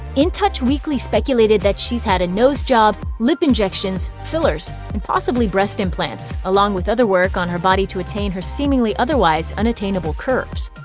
in touch weekly speculated that she's had a nose job, lip injections, fillers, and possibly breast implants, along with other work on her body to attain her seemingly otherwise unattainable curves.